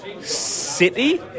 city